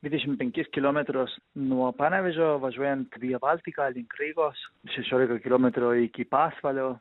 dvidešim penkis kilometrus nuo panevėžio važiuojant via baltika link rygos šešiolika kilometrų iki pasvalio